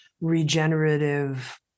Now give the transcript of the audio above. regenerative